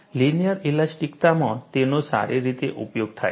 linear ઇલાસ્ટિકતામાં તેનો સારી રીતે ઉપયોગ થાય છે